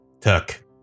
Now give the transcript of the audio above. tuck